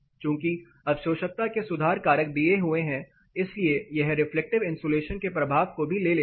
चूंकि अवशोषकता के सुधार कारक दिए हुए हैं इसलिए यह रिफ्लेक्टिव इंसुलेशन के प्रभाव को भी ले लेता है